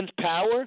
power